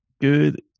Good